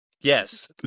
Yes